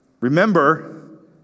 remember